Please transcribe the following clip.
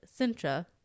Sintra